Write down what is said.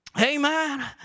Amen